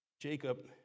Jacob